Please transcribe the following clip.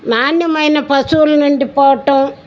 నాణ్యమైన పశువుల నుండి పోవటం